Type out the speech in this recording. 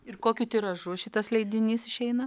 ir kokiu tiražu šitas leidinys išeina